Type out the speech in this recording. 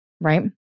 right